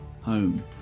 home